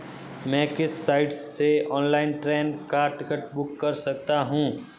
मैं किस साइट से ऑनलाइन ट्रेन का टिकट बुक कर सकता हूँ?